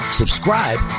subscribe